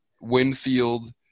Winfield –